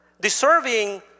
deserving